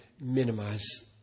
minimize